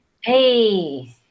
Hey